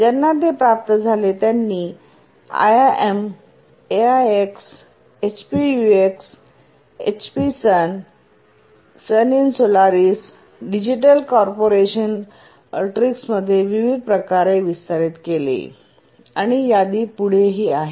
ज्यांना ते प्राप्त झाले त्यांनी IIMAIXHP UXHPSUN in Solaris digital corporation अल्ट्रिक्समध्ये विविध प्रकारे विस्तारित केले आणि यादी पुढेही आहे